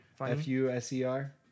F-U-S-E-R